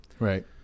Right